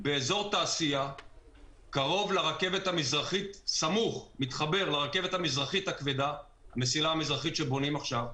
באזור תעשייה קרוב לרכבת המזרחית הכבדה שבונים עכשיו.